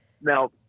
Now